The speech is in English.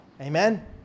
Amen